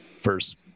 first